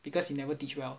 because you never teach well